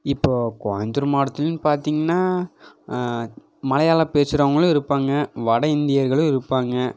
இப்போது கோயம்புத்தூரு மாவட்டத்துலன்னு பார்த்திங்கனா மலையாளம் பேசுகிறவங்களும் இருப்பாங்க வட இந்தியர்களும் இருப்பாங்க